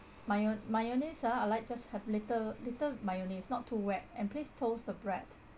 mayo~ mayonnaise ah I'd like just have little little mayonnaise not too wet and please toast the bread